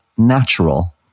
Natural